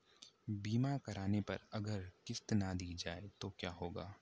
बीमा करने पर अगर किश्त ना दी जाये तो क्या होगा?